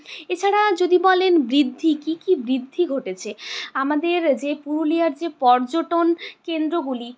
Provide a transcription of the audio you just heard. এছাড়া যদি বলেন বৃদ্ধি কী কী বৃদ্ধি ঘটেছে আমাদের যে পুরুলিয়ার যে পর্যটন কেন্দ্রগুলি